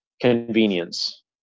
convenience